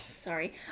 sorry